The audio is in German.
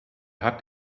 hat